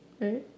Right